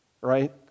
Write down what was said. Right